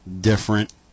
different